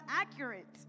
accurate